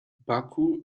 baku